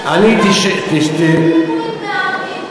יש מי שמקבל,